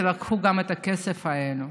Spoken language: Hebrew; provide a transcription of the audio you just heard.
כי לקחו גם את הכסף לזה.